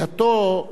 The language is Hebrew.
סיעת חד"ש,